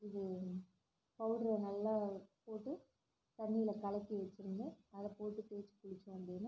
இது பவுடரை நல்லா போட்டு தண்ணியில கலக்கி வச்சிக்கின்னு அதை போட்டுக் குளிச் குளிச்சோம் அப்படின்னா